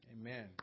Amen